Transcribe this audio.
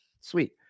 sweet